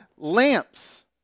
lamps